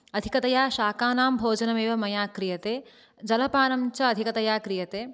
अधिकतया शाकानां भोजनम् एव मया क्रियते जलपानं च अधिकतया क्रियते